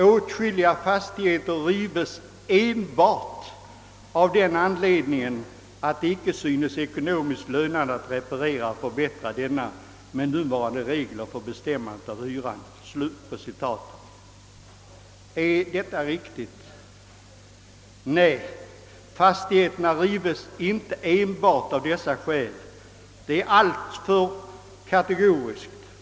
Åtskilliga fastigheter rives enbart av den anledningen, att det icke synes ekonomiskt lönsamt att reparera och förbättra denna med nuvarande regler för bestämmandet av hyran.» Fastigheterna rivs inte enbart av dessa skäl. Det är alltför kategoriskt.